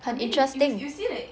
很 interesting